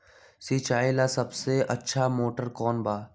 सिंचाई ला सबसे अच्छा मोटर कौन बा?